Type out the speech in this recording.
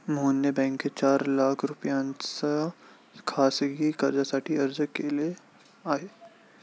मोहनने बँकेत चार लाख रुपयांच्या खासगी कर्जासाठी अर्ज केला आहे